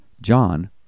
John